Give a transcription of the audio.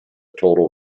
total